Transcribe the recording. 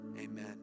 Amen